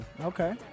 Okay